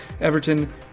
Everton